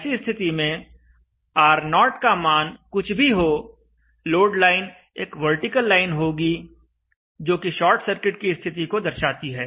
ऐसी स्थिति में R0 का मान कुछ भी हो लोड लाइन एक वर्टिकल लाइन होगी जोकि शार्ट सर्किट की स्थिति को दर्शाती है